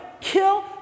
kill